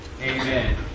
Amen